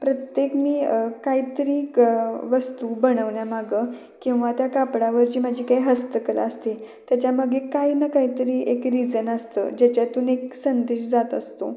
प्रत्येक मी काहीतरी क वस्तू बनवण्या मागं किवा त्या कापडावर जी माझी काही हस्तकला असते त्याच्यामागे काही ना काहीतरी एक रिजन असतं ज्याच्यातून एक संदेश जात असतो